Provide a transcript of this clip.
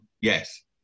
Yes